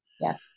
Yes